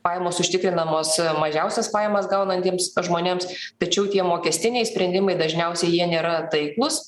pajamos užtikrinamos mažiausias pajamas gaunantiems žmonėms tačiau tie mokestiniai sprendimai dažniausiai jie nėra taiklūs